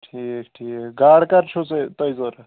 ٹھیٖک ٹھیٖک گاڈٕ کَر چھَو تۄہہِ تۄہہِ ضروٗرت